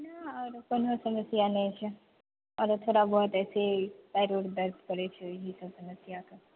ने आओर कोनो समस्या नहि छै आओर थोड़ा बहुत अइसे ही पएर उर दर्द करै छै यही सब समस्या छै